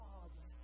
Father